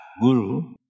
Guru